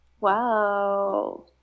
Wow